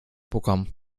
programm